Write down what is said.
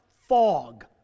fog